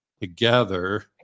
together